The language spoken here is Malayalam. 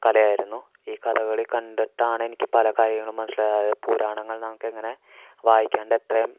കലയായിരുന്നു ഈ കഥകളി കണ്ടിട്ടാണ് എനിക്ക് പലകാര്യങ്ങളും മനസ്സിലായത് പുരാണങ്ങൾ നമുക്ക് എങ്ങനെ വായിക്കാണ്ട് എത്രയും